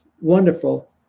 wonderful